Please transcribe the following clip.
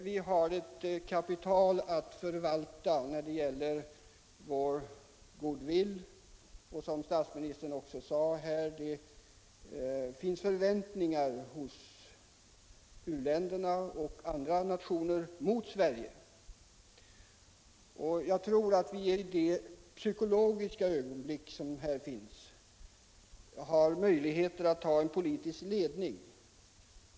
Vi har ett kapital att förvalta i form av vår goodwill. Som statsministern sade finns förväntningar hos u-länderna och andra nationer mot Sverige. I detta psykologiska ögonblick har vi möjlighet att ta en politisk ledning.